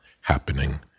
happening